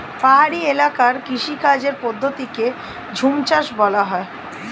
পাহাড়ি এলাকার কৃষিকাজের পদ্ধতিকে ঝুমচাষ বলা হয়